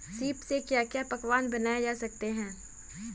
सीप से क्या क्या पकवान बनाए जा सकते हैं?